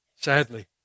sadly